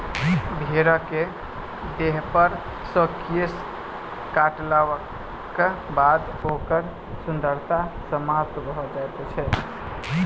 भेंड़क देहपर सॅ केश काटलाक बाद ओकर सुन्दरता समाप्त भ जाइत छै